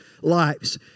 lives